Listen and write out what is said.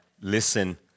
listen